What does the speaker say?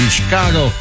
Chicago